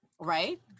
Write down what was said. Right